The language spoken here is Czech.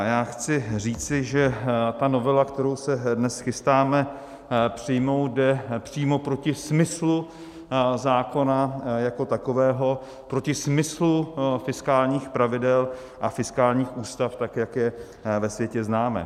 Já chci říci, že ta novela, kterou se dnes chystáme přijmout, jde přímo proti smyslu zákona jako takového, proti smyslu fiskálních pravidel a fiskálních ústav, tak jak je ve světě známe.